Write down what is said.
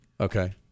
Okay